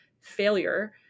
failure